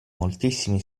moltissimi